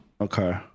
Okay